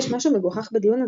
יש משהו מגוחך בדיון הזה,